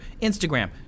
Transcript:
Instagram